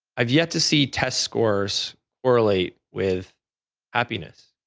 i've yet to see test scores correlate with happiness.